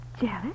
Jealous